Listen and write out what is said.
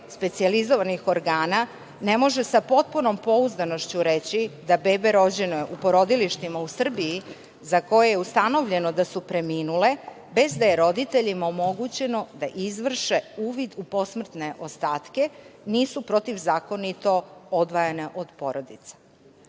specijalizovanih organa ne može sa potpunom pouzdanošću reći da bebe rođene u porodilištima u Srbiji za koje je ustanovljeno da su preminule, bez da je roditeljima omogućeno da izvrše uvid u posmrtne ostatke, nisu protivzakonito odvajane od porodice. Upravo